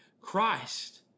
Christ